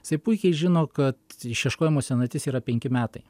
jisai puikiai žino kad išieškojimo senatis yra penki metai